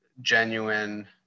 genuine